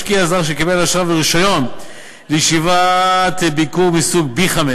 משקיע זר שקיבל אשרה ורישיון לישיבת ביקור מסוג ב/5,